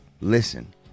listen